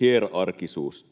hierarkkisuus.